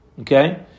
Okay